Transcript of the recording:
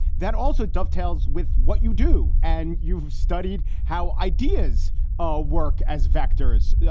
that also dovetails with what you do. and you've studied how ideas are work as vectors. yeah